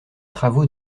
travaux